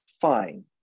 fine